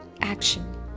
action